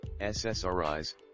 ssris